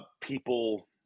people